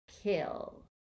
kill